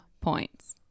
points